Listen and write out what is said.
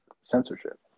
censorship